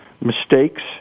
mistakes